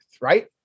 right